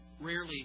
rarely